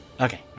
Okay